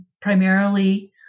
primarily